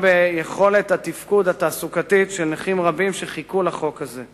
ביכולת התפקוד התעסוקתית של נכים רבים שחיכו לחוק הזה.